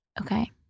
Okay